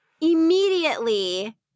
immediately